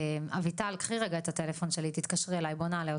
אביטל, את